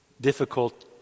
difficult